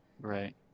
Right